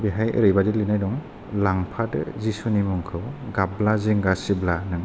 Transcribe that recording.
बेहाय ओरैबायदि लिरनाय दं लांफादो जिसुनि मुंखौ गाबब्ला जिंगासिब्ला नों